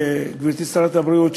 גברתי שרת הבריאות,